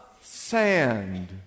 sand